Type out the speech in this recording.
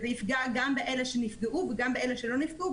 זה יפגע גם באלה שנפגעו וגם באלה שלא נפגעו.